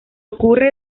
ocurre